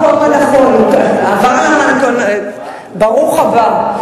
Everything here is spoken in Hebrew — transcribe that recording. ברוך הבא,